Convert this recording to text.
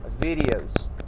videos